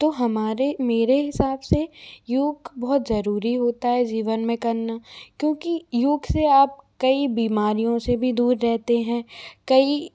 तो हमारे मेरे हिसाब से योग बहुत जरूरी होता है जीवन में करना क्योंकि योग से आप कई बीमारियों से भी दूर रहते हैं कई